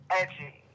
edgy